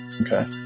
Okay